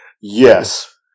Yes